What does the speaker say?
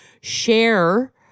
share